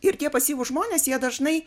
ir tie pasyvūs žmonės jie dažnai